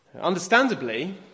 Understandably